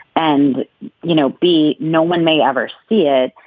and you know be no one may ever see it.